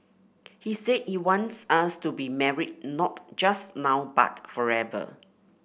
he said he wants us to be married not just now but forever